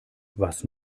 was